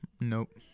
nope